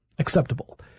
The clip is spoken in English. acceptable